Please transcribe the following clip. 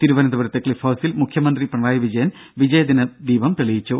തിരുവനന്തപുരത്ത് ക്ലിഫ് ഹൌസിൽ മുഖ്യമന്ത്രി പിണറായി വിജയൻ വിജയദിന ദീപം തെളിയിച്ചു